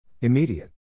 Immediate